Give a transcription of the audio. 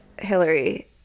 hillary